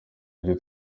ibyo